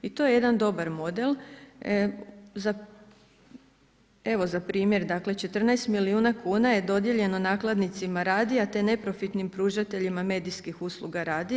I to je jedan dobar model, jer evo za primjer dakle 14 milijuna kuna je dodijeljeno nakladnicima radijima te neprofitnim pružateljima medijskih usluga radija.